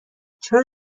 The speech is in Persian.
چرا